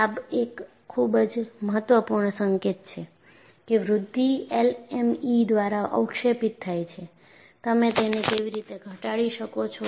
આ એક ખૂબ જ મહત્વપૂર્ણ સંકેત છે કે વૃદ્ધિ એલએમઇ દ્વારા અવક્ષેપિત થાય છે તમે તેને કેવી રીતે ઘટાડી શકો છો